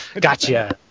Gotcha